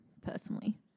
personally